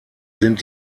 sind